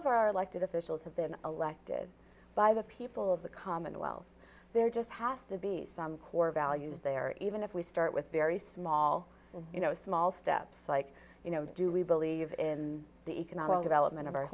of our elected officials have been elected by the people of the commonwealth there just has to be some core values there even if we start with very small and you know small steps like do we believe in the economic development of our